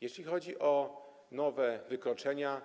Jeśli chodzi o nowe wykroczenia,